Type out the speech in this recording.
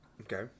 Okay